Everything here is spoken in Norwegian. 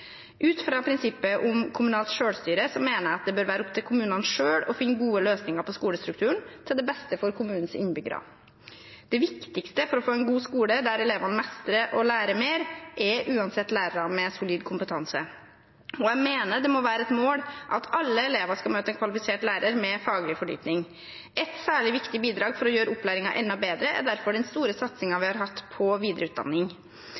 Ut fra prinsippet om kommunalt selvstyre mener jeg det bør være opp til kommunene selv å finne gode løsninger på skolestrukturen, til det beste for kommunens innbyggere. Det viktigste for å få en god skole der elevene mestrer og lærer mer, er uansett lærere med solid kompetanse. Jeg mener det må være et mål at alle elever skal møte en kvalifisert lærer med faglig fordypning. Et særlig viktig bidrag for å gjøre opplæringen enda bedre er derfor den store satsingen vi har hatt på videreutdanning.